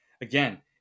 Again